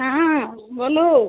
हाँ बोलो